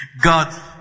God